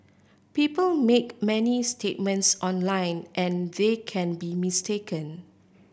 people make many statements online and they can be mistaken